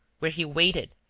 where he waited,